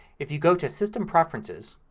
if you go to system preferences